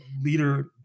leader